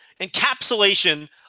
encapsulation